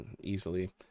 easily